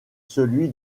celui